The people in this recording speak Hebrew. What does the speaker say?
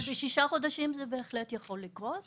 אבל בששה חודשים זה בהחלט יכול לקרות.